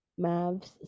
mavs